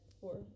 four